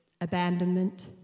abandonment